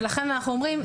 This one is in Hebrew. ולכן אנחנו אומרים,